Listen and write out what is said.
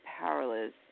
powerless